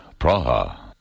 Praha